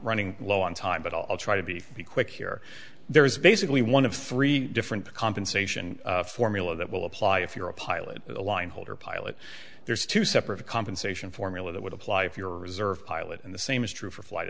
running low on time but i'll try to be quick here there is basically one of three different compensation formula that will apply if you're a pilot a line holder pilot there's two separate compensation formula that would apply if you're reserve pilot and the same is true for flight